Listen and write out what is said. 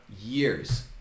years